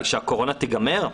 כשהקורונה תיגמר?